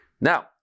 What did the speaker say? Now